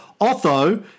Otho